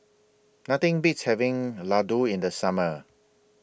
Nothing Beats having Ladoo in The Summer